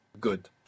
Good